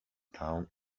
town